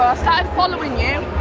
following you,